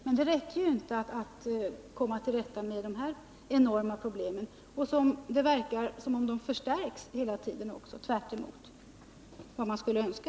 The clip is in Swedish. Men det räcker inte för att komma till rätta med dessa enorma problem — och det verkar som om de hela tiden förstärks, tvärtemot vad man skulle önska.